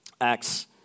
Acts